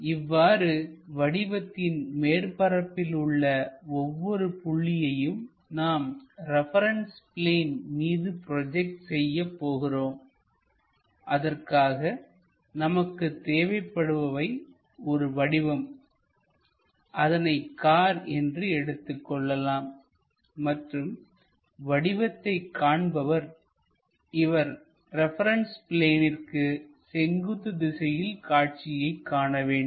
இவ்வாறு வடிவத்தின் மேற்பரப்பில் உள்ள ஒவ்வொரு புள்ளியையும் நாம் ஒரு ரெபரன்ஸ் பிளேன் மீது ப்ரோஜெக்ட் செய்யப்போகிறோம் அதற்காக நமக்கு தேவைப்படுபவை ஒரு வடிவம் அதனை கார் என்று எடுத்துக் கொள்ளலாம் மற்றும் வடிவத்தை காண்பவர் இவர் ரெபரன்ஸ் பிளேனிற்கு செங்குத்து திசையில் காட்சியை காண வேண்டும்